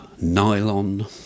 nylon